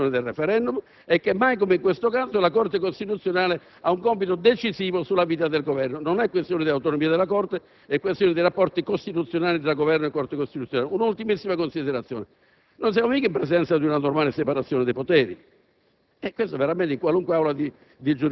Questo è il motivo per il quale mantengo l'opinione che l'attuale Governo non possa sopravvivere all'indizione del *referendum* e che, mai come in questo caso, la Corte costituzionale abbia un compito decisivo sulla vita dell'Esecutivo. Non è questione di autonomia della Corte, ma di rapporti costituzionali tra Governo e Corte costituzionale. Un'ultimissima considerazione